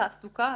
תעסוקה,